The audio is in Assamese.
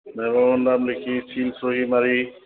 মেম'ৰেণ্ডাম লিখি চীল চহি মাৰি